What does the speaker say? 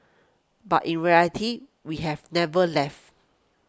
but in reality we have never left